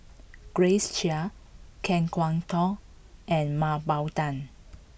Grace Chia Kan Kwok Toh and Mah Bow Tan